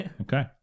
Okay